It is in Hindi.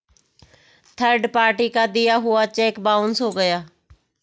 थर्ड पार्टी का दिया हुआ चेक बाउंस हो गया